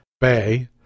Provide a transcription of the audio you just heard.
bay